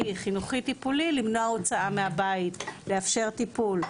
חינוכי טיפולי למנוע הוצאה מהבית לאפשר טיפול.